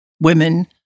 women